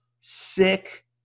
sick